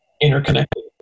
interconnected